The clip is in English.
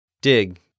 Dig